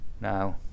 Now